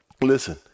listen